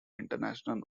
international